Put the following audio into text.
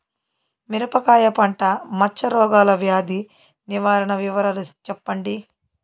మిరపకాయ పంట మచ్చ రోగాల వ్యాధి నివారణ వివరాలు చెప్పండి?